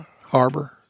Harbor